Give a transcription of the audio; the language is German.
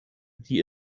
die